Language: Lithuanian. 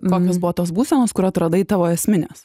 kokios buvo tos būsenos kur atradai tavo esmės